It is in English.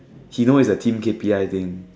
he knows it's a team K_P_I thing